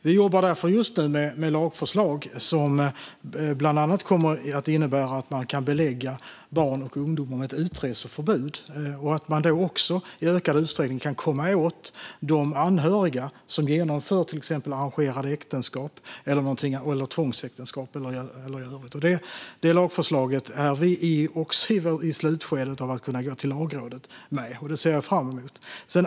Vi jobbar därför just nu med lagförslag som bland annat kommer att innebära att man kan belägga barn och ungdomar med utreseförbud och att man också i ökad utsträckning kan komma åt de anhöriga som genomför till exempel arrangerade äktenskap eller tvångsäktenskap. Även när det gäller detta lagförslag är vi i slutskedet av arbetet och nära att kunna gå till Lagrådet med förslaget. Det ser jag fram emot.